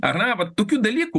ar ne vat tokių dalykų